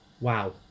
Wow